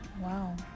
Wow